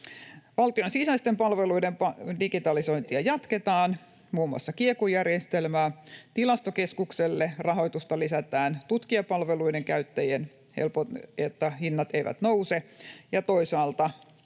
Valtion sisäisten palveluiden digitalisointia jatketaan, muun muassa Kieku-järjestelmää. Tilastokeskukselle rahoitusta lisätään, jotta tutkijapalveluiden käyttäjien hinnat eivät nouse, ja toisaalta